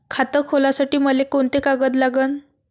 खात खोलासाठी मले कोंते कागद लागन?